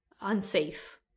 unsafe